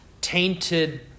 tainted